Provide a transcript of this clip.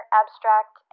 abstract